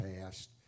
past